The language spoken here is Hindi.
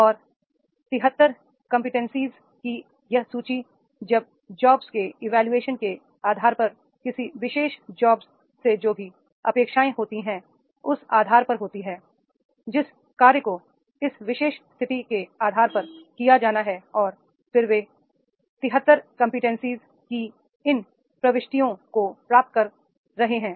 और 73 कंबटेंसीज की यह सूची उस जॉब्स के इवोल्यूशन के आधार पर किसी विशेष जॉब्स से जो भी अपेक्षाएं होती है उस आधार पर होती है जिस कार्य को इस विशेष स्थिति के आधार पर किया जाना है और फिर वे 73 कंबटेंसीज की इन प्रविष्टियों को प्राप्त कर रहे हैं